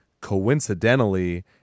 coincidentally